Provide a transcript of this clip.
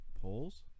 poles